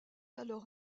alors